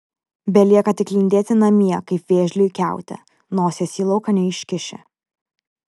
belieka tik lindėti namie kaip vėžliui kiaute nosies į lauką neiškiši